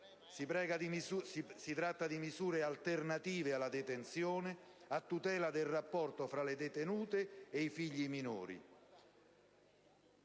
Finocchiaro: misure alternative alla detenzione, a tutela del rapporto tra detenute e figli minori,